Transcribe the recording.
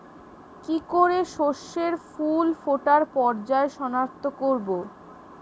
কি করে শস্যের ফুল ফোটার পর্যায় শনাক্ত করব?